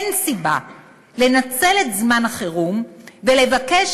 אין סיבה לנצל את זמן החירום ולבקש